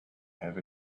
have